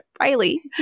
Riley